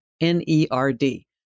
N-E-R-D